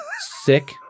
sick